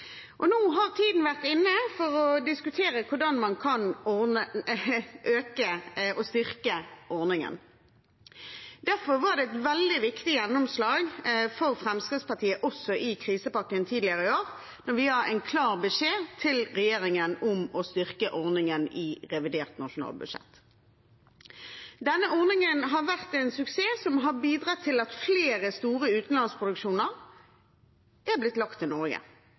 Nå er tiden inne for å diskutere hvordan man kan styrke ordningen. Derfor var det også et veldig viktig gjennomslag Fremskrittspartiet fikk i krisepakken tidligere i år, da vi ga en klar beskjed til regjeringen om å styrke ordningen i revidert nasjonalbudsjett. Denne ordningen har vært en suksess som har bidratt til at flere store utenlandske produksjoner er blitt lagt til Norge,